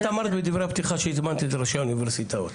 את אמרת בדברי הפתיחה שהזמנת את ראשי האוניברסיטאות.